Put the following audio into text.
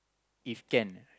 if can eh